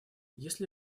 если